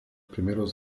primeros